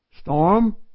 Storm